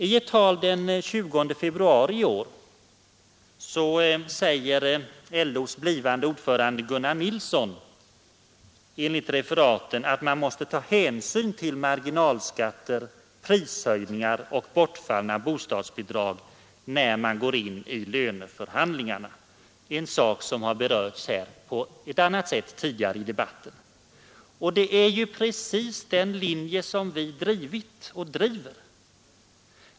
I ett tal den 20 februari i år sade LO:s blivande ordförande Gunnar Nilsson enligt referaten att man måste ta hänsyn till marginalskatter, prishöjningar och bortfallna bostadsbidrag då man går in i löneförhandlingarna. Det är ju precis den linje som vi har drivit och driver!